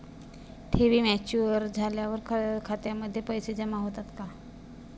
ठेवी मॅच्युअर झाल्यावर खात्यामध्ये पैसे जमा होतात का?